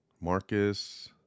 Marcus